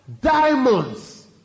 diamonds